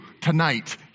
tonight